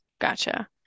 Gotcha